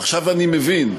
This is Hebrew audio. עכשיו אני מבין,